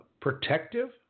protective